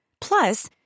Plus